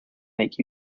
make